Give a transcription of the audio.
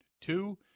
Two